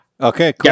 okay